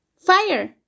Fire